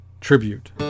tribute